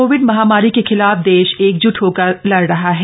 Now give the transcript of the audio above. Covid महामारी के खिलाफ देश एकजुट होकर लड़ रहा है